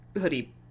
hoodie